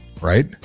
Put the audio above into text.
right